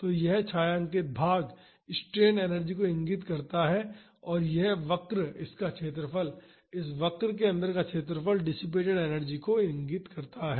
तो यह छायांकित भाग स्ट्रेन एनर्जी को इंगित करता है और यह वक्र इसका क्षेत्रफल इस वक्र के अंदर का क्षेत्रफल डिसिपेटड एनर्जी को इंगित करता है